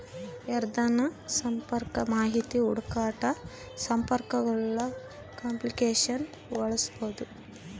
ಯಾರ್ದನ ಸಂಪರ್ಕ ಮಾಹಿತಿ ಹುಡುಕಾಕ ಸಂಪರ್ಕಗುಳ ಅಪ್ಲಿಕೇಶನ್ನ ಬಳಸ್ಬೋದು